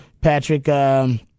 Patrick